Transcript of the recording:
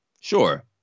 Sure